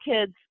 kids